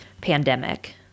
pandemic